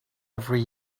every